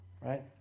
Right